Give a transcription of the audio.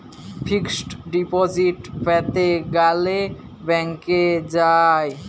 fixed deposit প্যাতে গ্যালে ব্যাংকে যায়